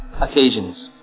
occasions